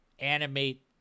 Animate